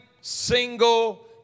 single